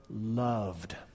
loved